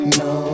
no